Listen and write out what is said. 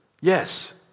Yes